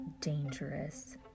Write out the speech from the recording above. dangerous